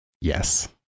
Yes